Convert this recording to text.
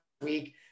week